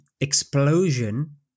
explosion